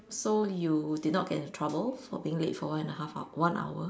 so you did not get into trouble for being late for one and half h~ one hour